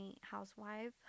housewife